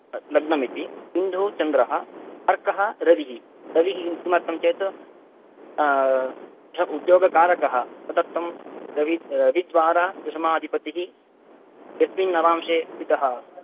लग्नम् इति इन्दुः चन्द्रः अर्कः रविः रविः किमर्थं चेत् स उद्योगकारकः दत्तं रवि रविद्वारा विषमाधिपतिः यस्मिन् नवांशे स्थितः